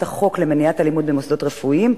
החוק למניעת אלימות במוסדות רפואיים,